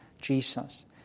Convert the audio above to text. Jesus